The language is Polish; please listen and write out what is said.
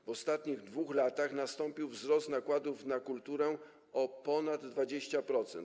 W ostatnich 2 latach nastąpił wzrost nakładów na kulturę o ponad 20%.